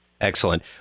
Excellent